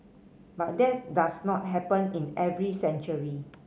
but that does not happen in every century